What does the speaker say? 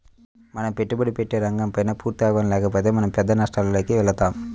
మనం పెట్టుబడి పెట్టే రంగంపైన పూర్తి అవగాహన లేకపోతే మనం పెద్ద నష్టాలలోకి వెళతాం